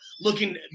looking